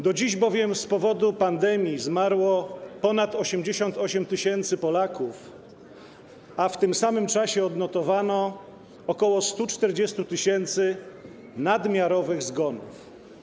Do dziś bowiem z powodu pandemii zmarło ponad 88 tys. Polaków, a w tym samym czasie odnotowano ok. 140 tys. nadmiarowych zgonów.